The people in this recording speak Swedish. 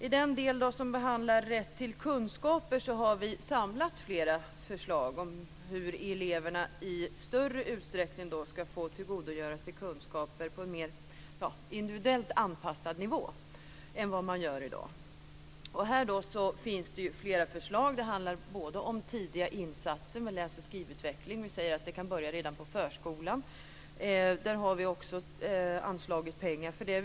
I den del som behandlar rätt till kunskap har vi samlat flera förslag om hur eleverna i större utsträckning ska få tillgodogöra sig kunskaper på mer individuellt anpassad nivå än vad man gör i dag. Här finns flera förslag. Det handlar om tidiga insatser för läsoch skrivutveckling. Vi säger att detta kan börja redan på förskolan, och vi har också anslagit pengar för det.